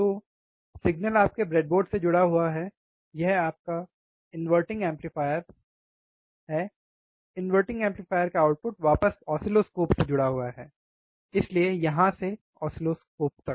तो सिग्नल आपके ब्रेडबोर्ड से जुड़ा हुआ है यह आपका इन्वर्टिंग एम्पलीफायर है इन्वर्टिंग एम्पलीफायर का आउटपुट वापस ऑसिलोस्कोप से जुड़ा हुआ है इसलिए यहां से ऑसिलोस्कोप तक